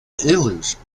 illusion